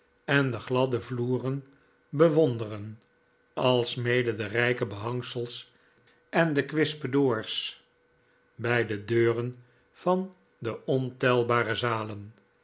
en de gladde vloeren bewonderen alsmede de rijke behangsels en de kwispedoors bij de deuren van al de ontelbare zalen